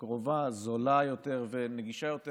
קרובה, זולה יותר ונגישה יותר